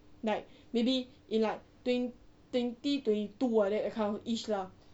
like maybe in like twenty twenty two like that that kind of ish lah